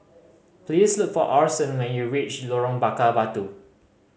please look for Orson when you reach Lorong Bakar Batu